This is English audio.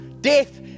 death